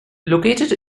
located